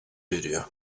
veriyor